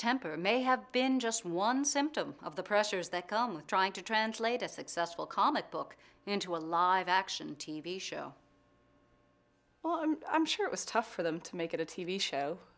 temper may have been just one symptom of the pressures that come with trying to translate a successful comic book into a lot of action t v show well i'm i'm sure it was tough for them to make it a t v show